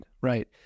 right